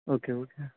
okay okay